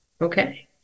Okay